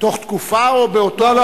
תוך תקופה או באותו, ?